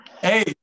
Hey